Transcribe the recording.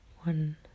One